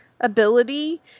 ability